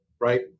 right